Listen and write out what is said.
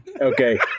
okay